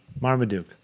Marmaduke